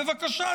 בבקשה,